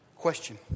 Question